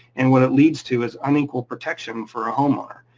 and what it leads to is unequal protection for a homeowner,